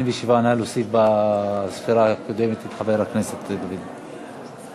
27. נא להוסיף בספירה הקודמת את חבר הכנסת דוד רותם.